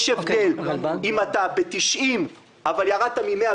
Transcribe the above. יש הבדל, אם אתה ב-90 אבל ירדת מ-110